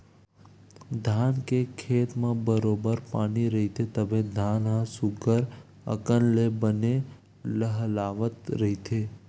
धान के खेत म बरोबर पानी रहिथे तभे धान ह सुग्घर अकन ले बने लहलाहवत रहिथे